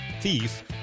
Thief